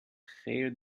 خیر